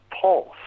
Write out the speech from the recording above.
pulse